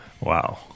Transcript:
wow